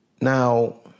Now